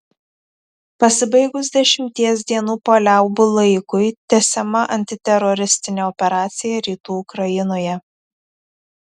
pasibaigus dešimties dienų paliaubų laikui tęsiama antiteroristinė operacija rytų ukrainoje